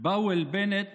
באו על בנט